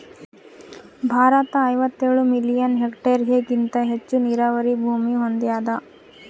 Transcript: ಭಾರತ ಐವತ್ತೇಳು ಮಿಲಿಯನ್ ಹೆಕ್ಟೇರ್ಹೆಗಿಂತ ಹೆಚ್ಚು ನೀರಾವರಿ ಭೂಮಿ ಹೊಂದ್ಯಾದ